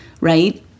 right